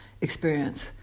experience